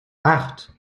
acht